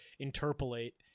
interpolate